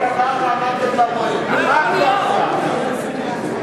אחת לא היתה,